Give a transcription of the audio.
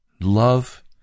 love